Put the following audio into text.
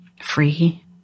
free